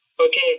Okay